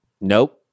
Nope